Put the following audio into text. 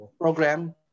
program